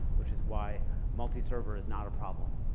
which is why multi-server is not a problem.